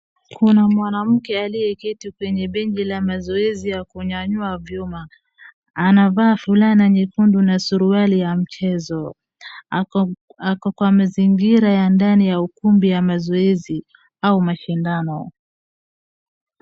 Kuna mwanamke aliyeketi kwenye benji la mazoezi ya kunyanyua vyuma, anavaa fulana nyekundu na suruali ya mchezo. Ako kwa mazingira ya ndani ya ukumbi ya mazoezi au mashindano.